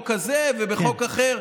נגד ניר אורבך,